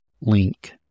link